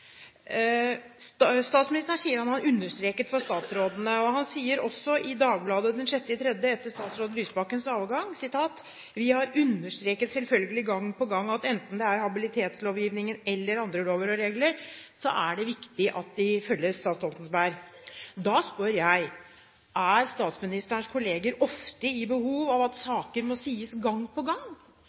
Statsministeren sier at han har understreket dette for statsrådene, og han sier også i Dagbladet 6. mars etter statsråd Lysbakkens avgang: «Vi har understreket, selvfølgelig, gang på gang at enten det er habilitetslovgivningen eller andre lover og regler, så er det viktig at de følges.» Dette sa Stoltenberg. Da spør jeg: Er statsministerens kolleger ofte i behov av at saker må sies gang på gang?